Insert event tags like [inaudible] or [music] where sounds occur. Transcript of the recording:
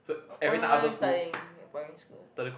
what are you studying your primary school [noise]